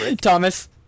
Thomas